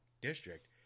district